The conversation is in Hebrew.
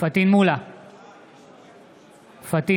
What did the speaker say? פטין מולא,